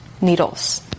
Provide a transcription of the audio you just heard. needles